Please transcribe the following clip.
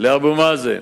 לאבו מאזן,